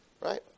Right